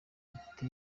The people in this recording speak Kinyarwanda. afite